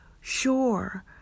sure